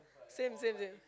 same same same